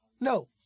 No